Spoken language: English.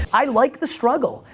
i like the struggle.